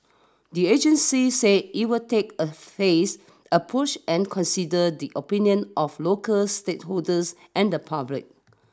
the agency said it will take a phased approach and consider the opinion of local stakeholders and the public